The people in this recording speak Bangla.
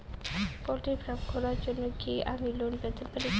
পোল্ট্রি ফার্ম খোলার জন্য কি আমি লোন পেতে পারি?